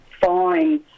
fine